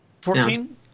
fourteen